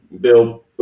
bill